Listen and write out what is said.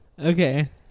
Okay